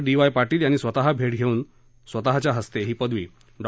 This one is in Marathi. डी वाय पाटील यांनी स्वतः भेट घेऊन आपल्या हस्ते ही पदवी डॉ